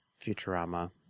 Futurama